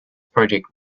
project